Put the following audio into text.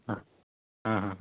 ಹಾಂ ಹಾಂ ಹಾಂ